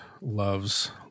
loves